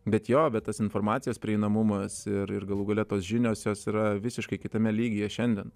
bet jo bet tas informacijos prieinamumas ir ir galų gale tos žinios yra visiškai kitame lygyje šiandien